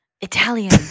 Italian